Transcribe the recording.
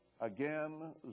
again